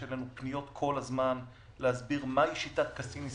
יש אלינו כל הזמן פניות להסביר מהי שיטת קסיני סולדנר,